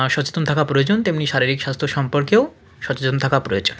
সচেতন থাকা প্রয়োজন তেমনই শারীরিক স্বাস্থ্য সম্পর্কেও সচেতন থাকা প্রয়োজন